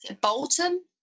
Bolton